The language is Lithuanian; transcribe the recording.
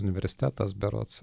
universitetas berods